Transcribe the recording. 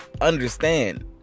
understand